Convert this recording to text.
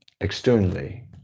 externally